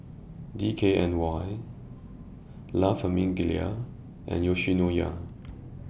D K N Y La Famiglia and Yoshinoya